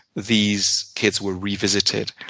these kids were revisited.